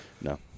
No